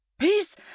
Peace